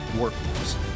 workforce